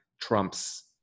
trumps